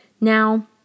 Now